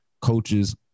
coaches